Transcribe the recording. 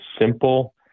simple